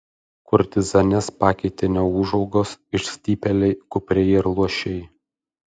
kurtizanes pakeitė neūžaugos išstypėliai kupriai ir luošiai